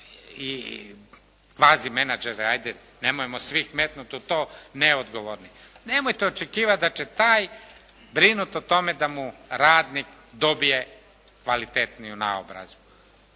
i kvazimenadžeri ajde nemojmo svih metnut u to, neodgovorni. Nemojte očekivati da će taj brinuti o tome da mu radnik dobije kvalitetniju naobrazbu.